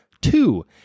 Two